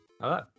Hello